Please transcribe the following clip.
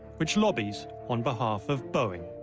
which lobbies on behalf of boeing.